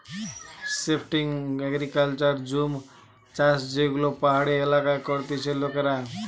shifting agriculture jhum চাষযেগুলো পাহাড়ি এলাকায় করতিছে লোকেরা